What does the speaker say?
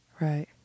Right